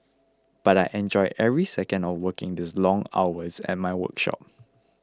but I enjoy every second of working these long hours at my workshop